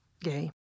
gay